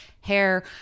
hair